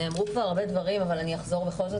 נאמרו דברים ואני בכול זאת אחזור,